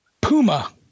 Puma